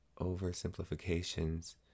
oversimplifications